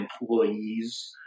employees